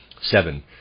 Seven